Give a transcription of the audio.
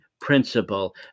principle